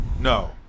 no